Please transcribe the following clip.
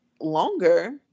longer